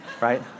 Right